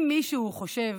אם מישהו חושב